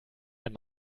ein